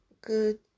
good